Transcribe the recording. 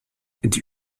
die